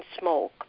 smoke